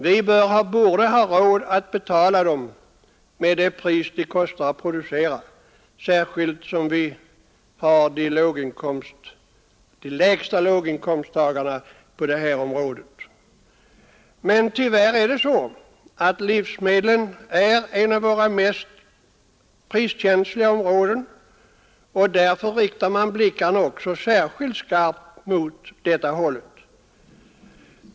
Vi borde ha råd att betala dem med det pris det kostar att producera, särskilt som de lägsta låginkomsttagarna finns på jordbrukets område. Men tyvärr är det så att livsmedlen är ett av våra mest priskänsliga områden. Därför kastar man blickarna särskilt skarpt mot det hållet.